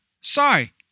sorry